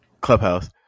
Clubhouse